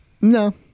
No